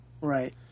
Right